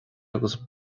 agus